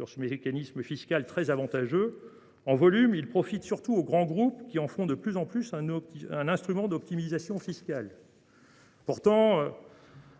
à ce mécanisme fiscal extrêmement avantageux. En volume, le CIR profite surtout aux grands groupes, qui en font de plus en plus un instrument d’optimisation fiscale.